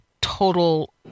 total